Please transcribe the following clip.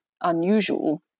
unusual